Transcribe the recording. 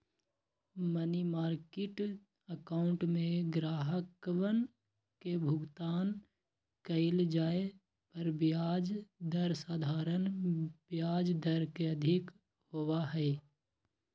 money market account में ग्राहकवन के भुगतान कइल जाये पर ब्याज दर साधारण ब्याज दर से अधिक होबा हई